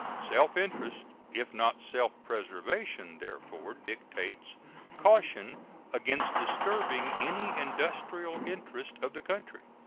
self-interest, if not self-preservation, therefore dictates caution against disturbing any industrial interest of the country.